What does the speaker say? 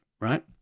right